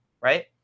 right